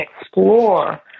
explore